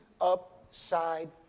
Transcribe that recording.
upside